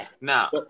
now